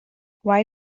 why